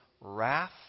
wrath